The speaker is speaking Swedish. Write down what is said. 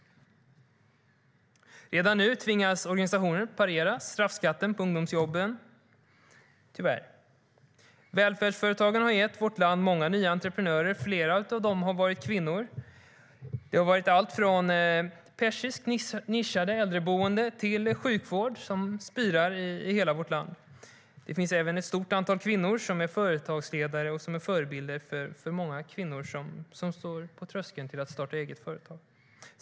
Redan nu tvingas tyvärr organisationer parera straffskatten på ungdomsjobben. Välfärdsföretagandet har gett vårt land många nya entreprenörer. Flera av dem har varit kvinnor. Det har varit allt från nischade persiska äldreboenden till sjukvård som spirar i hela vårt land. Här finns även ett stort antal kvinnor som är företagsledare och förebilder för många kvinnor som står på tröskeln till att starta eget företag.